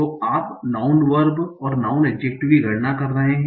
तो आप noun verb और नाऊँन एड्जेक्टिव की गणना कर रहे हैं